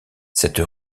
cette